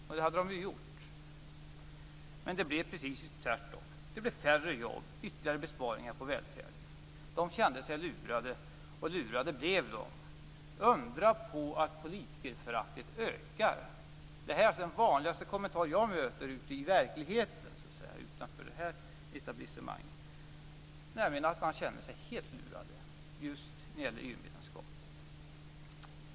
Och det hade de gjort. Men det blev precis tvärtom. Det blev färre jobb och ytterligare besparingar på välfärden. Undra på att politikerföraktet ökar! Det här är den vanligaste kommentar jag möter ute i verkligheten, utanför det här etablissemanget. Man känner sig helt lurad just när det gäller EU-medlemskapet.